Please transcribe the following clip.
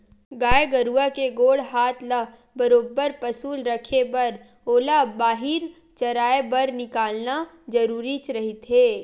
गाय गरुवा के गोड़ हात ल बरोबर पसुल रखे बर ओला बाहिर चराए बर निकालना जरुरीच रहिथे